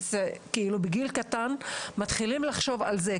כאילו בגיל קטן מתחילים לחשוב על זה,